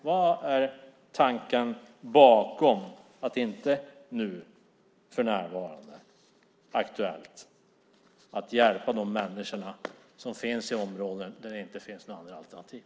Vad är tanken bakom att det för närvarande inte är aktuellt att hjälpa de människor som finns i områden utan andra alternativ?